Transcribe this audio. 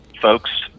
folks